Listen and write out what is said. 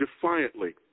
defiantly